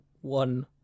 one